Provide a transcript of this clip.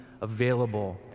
available